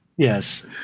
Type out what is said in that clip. Yes